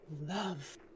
love